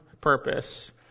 purpose